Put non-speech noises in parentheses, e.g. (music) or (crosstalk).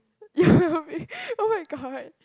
(breath) you will be [oh]-my-god